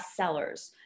bestsellers